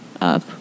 up